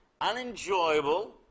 unenjoyable